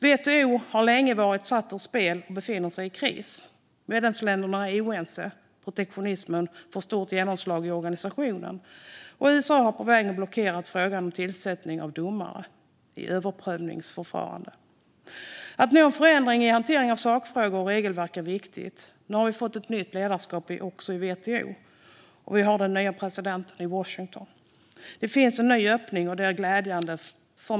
WTO har länge varit satt ur spel och befinner sig i kris. Medlemsländerna är oense, protektionismen får stort genomslag i organisationen och USA har på vägen blockerat frågan om tillsättning av domare i överprövningsförfaranden. Att uppnå en förändring i hanteringen av sakfrågor och regelverk är viktigt. Nu har vi fått ett nytt ledarskap även i WTO, och vi har den nye presidenten i Washington. Det finns en ny öppning, och det är glädjande.